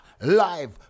Live